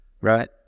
right